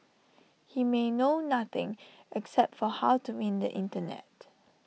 he may know nothing except for how to win the Internet